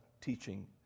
teaching